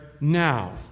now